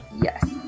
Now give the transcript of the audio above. Yes